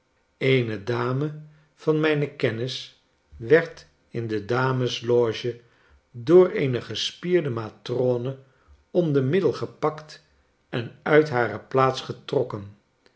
eene dame van mijne kennis werd in de dames loge door eene gespierde matrone om de middel gepakt en uit hare plaats getrokken